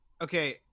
okay